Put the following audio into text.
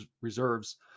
reserves